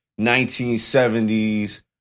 1970s